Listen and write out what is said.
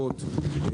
הוט,